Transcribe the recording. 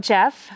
Jeff